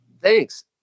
Thanks